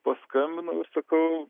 paskambinau ir sakau